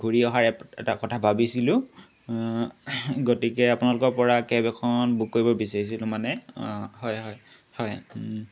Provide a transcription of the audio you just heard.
ঘূৰি অহাৰ এটা কথা ভাবিছিলোঁ গতিকে আপোনালোকৰপৰা কেব এখন বুক কৰিব বিচাৰিছিলোঁ মানে অঁ হয় হয় হয়